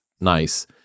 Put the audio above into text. nice